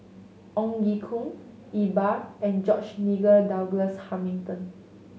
Ong Ye Kung Iqbal and George Nigel Douglas Hamilton